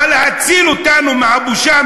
בא להציל אותנו מהבושה,